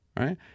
right